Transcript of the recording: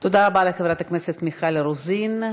תודה רבה לחברת הכנסת מיכל רוזין.